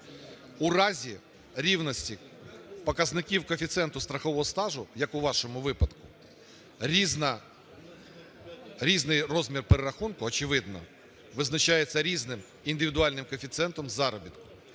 У разі рівності показників коефіцієнту страхового стажу, як у вашому випадку, різний розмір перерахунку, очевидно, визначається різним індивідуальним коефіцієнтом заробітку.